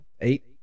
Eight